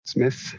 Smith